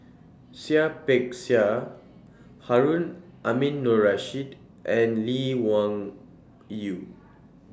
Seah Peck Seah Harun Aminurrashid and Lee Wung Yew